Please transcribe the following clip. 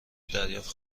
دریافت